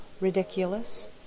ridiculous